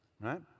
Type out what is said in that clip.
right